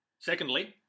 Secondly